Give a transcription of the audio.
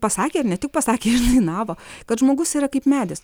pasakė ir ne tik pasakė išdainavo kad žmogus yra kaip medis